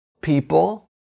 people